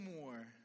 more